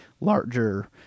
larger